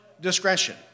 discretion